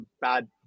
bad